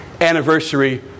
anniversary